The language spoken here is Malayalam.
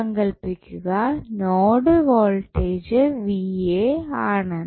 സങ്കൽപ്പിക്കുക നോഡ് വോൾട്ടേജ് ആണെന്ന്